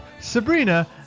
Sabrina